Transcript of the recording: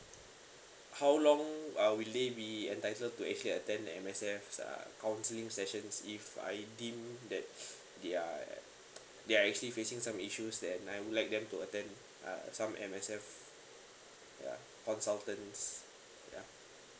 how long are we be entitled to actually attend the M_S_F uh counseling sessions if I deem that they are they are actually facing some issues then and I would like them to attend uh some M_S_F ya consultants ya